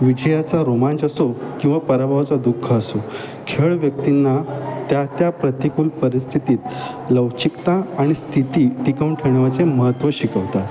विजयाचा रोमाच असो किंवा परभावाचा दुःख असो खेळ व्यक्तींना त्या प्रतिकूल परिस्थितीत लवचिकता आणि स्थिती टिकवून ठेण्याचे महत्त्व शिकवतात